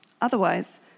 Otherwise